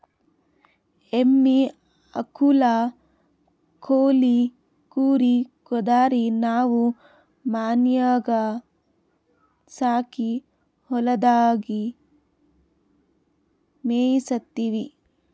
ಎಮ್ಮಿ ಆಕುಳ್ ಕೋಳಿ ಕುರಿ ಕುದರಿ ನಾವು ಮನ್ಯಾಗ್ ಸಾಕಿ ಹೊಲದಾಗ್ ಮೇಯಿಸತ್ತೀವಿ